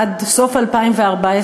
עד סוף 2014,